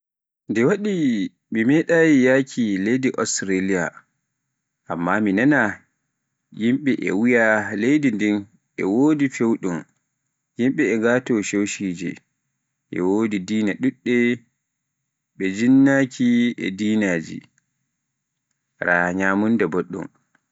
nde waɗi mi meɗaayi yahaaki leydi Australiya, amma mi nanaa un wiyi e ledi e wodi fewɗum yimbe e ngaato cocije, e wodi dina ɗuɗɗe, be jinnaake e dinaaji, raa nyamunda boɗɗum.